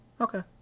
Okay